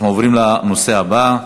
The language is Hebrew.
אנחנו עוברים לנושא הבא: